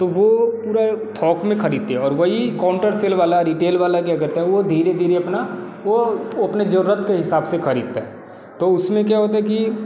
तो वो पूरा थौक में ख़रीदते हैं और वही काॅउंटर सेल वाला रिटेल वाला क्या करता है वो धीरे धीरे अपना वो वो अपनी ज़रूरत के हिसाब से ख़रीदता है तो उसमें क्या होता है कि